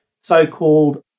so-called